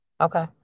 Okay